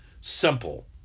simple